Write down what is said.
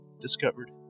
discovered